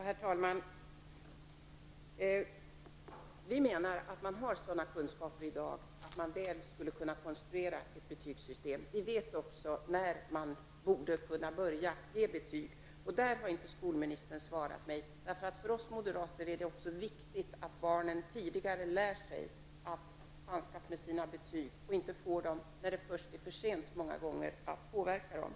Herr talman! Vi moderater menar att man i dag har sådana kunskaper att man skulle kunna konstruera ett betygsystem väl. Vi vet också när man borde kunna börja ge betyg. På den punkten har inte skolministern gett mig ett svar. För oss moderater är det också viktigt att barnen tidigare lär sig handskas med sina betyg och inte får dem först när det många gånger är för sent att påverka dem.